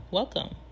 welcome